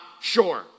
sure